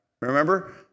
Remember